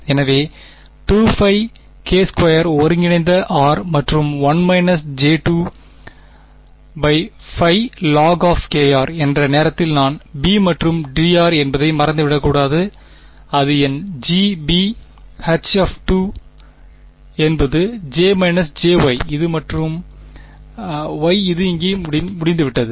எனவே 2πk2 ஒருங்கிணைந்த r மற்றும் 1−j2πlog இந்த நேரத்தில் நான் b மற்றும் dr என்பதை மறந்துவிடக் கூடாது அது என் G b H என்பது J − jY இது மற்றும் Y இது இங்கே முடிந்துவிட்டது